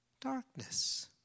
darkness